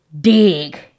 Dig